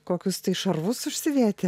kokius tai šarvus užsidėti